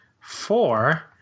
four